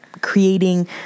creating